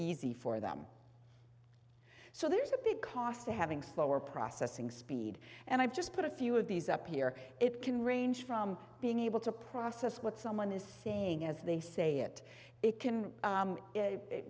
easy for them so there's a big cost to having slower processing speed and i've just put a few of these up here it can range from being able to process what someone is seeing as they say it it can